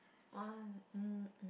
!wah! um um